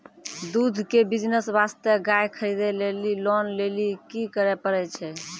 दूध के बिज़नेस वास्ते गाय खरीदे लेली लोन लेली की करे पड़ै छै?